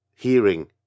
hearing